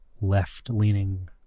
left-leaning